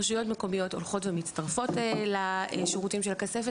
רשויות מקומיות הולכות ומצטרפות לשירותים של הכספת.